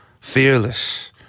fearless